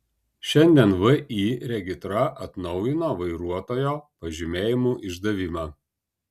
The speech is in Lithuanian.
šiandien vį regitra atnaujino vairuotojo pažymėjimų išdavimą